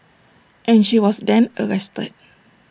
and she was then arrested